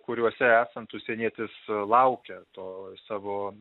kuriuose esant užsienietis laukia to savo